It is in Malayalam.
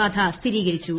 ബാധ സ്ഥിരീകരിച്ചു